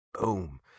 Boom